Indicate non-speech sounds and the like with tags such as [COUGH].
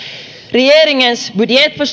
regeringens [UNINTELLIGIBLE] budgetförslag för [UNINTELLIGIBLE]